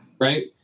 right